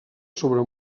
sobre